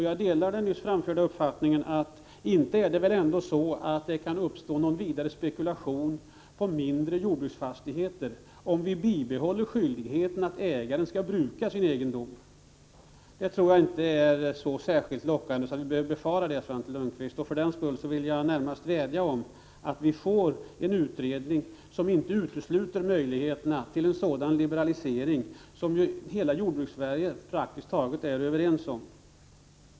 Jag delar den nyss framförda uppfattningen att det inte kan uppstå någon vidare spekulation på mindre jordbruksfastigheter, om vi bibehåller skyldigheten för ägaren att bruka sin egendom. Det är nog inte så lockande att vi behöver befara spekulation, Svante Lundkvist. För den skull vill jag närmast vädja om att vi skall få en utredning som inte utesluter möjligheterna till en sådan liberalisering som hela Jordbrukssverige är praktiskt taget enigt om.